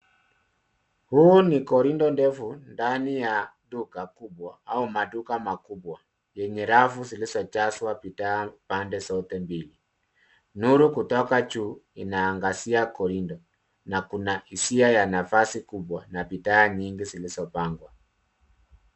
Huu ni korido ndefu ndani ya duka kubwa au maduka makubwa yenye rafu zilizojazwa bidhaa pande zote mbili. Nuru kutoka juu inaangazia korido na kuna hisia ya nafasi kubwa na bidhaa nyingi zilizopangwa.